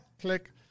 Click